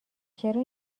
چرا